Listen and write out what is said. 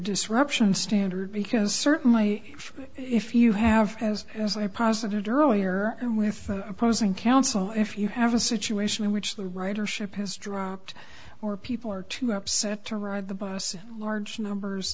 disruption standard because certainly if you have has as i posited earlier and with opposing counsel if you have a situation in which the writer ship is dropped or people are too upset to ride the bus large numbers